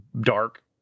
dark